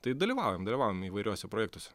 tai dalyvaujam dalyvaujam įvairiuose projektuose